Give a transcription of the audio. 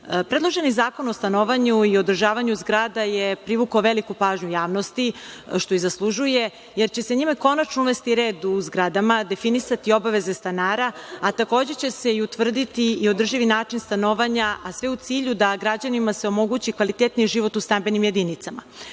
sednice. Predloženi zakon o stanovanju i održavanju zgrada je privukao veliku pažnju javnosti, što i zaslužuje, jer će se njime konačno uvesti red u zgradama, definisati obaveze stanara, a takođe će se i utvrditi i održivi način stanovanja, a sve u cilju da se građanima omogući kvalitetniji život u stambenim jedinicama. Zakonom